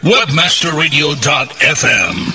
WebmasterRadio.fm